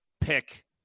pick